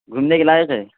گھومنے کے لائق ہے